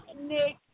Nick